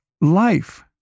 life